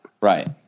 Right